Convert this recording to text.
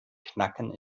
knacken